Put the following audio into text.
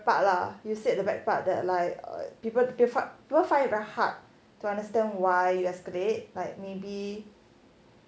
part lah you said the back part the like people find it hard to understand why you escalate like maybe